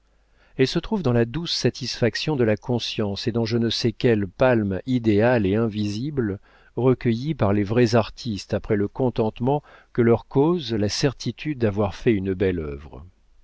elle se trouve dans la douce satisfaction de la conscience et dans je ne sais quelle palme idéale et invisible recueillie par les vrais artistes après le contentement que leur cause la certitude d'avoir fait une belle œuvre